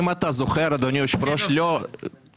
אם אתה זוכר, אדוני היושב-ראש -- לא התאפקתי.